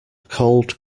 cold